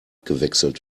gewechselt